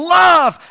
love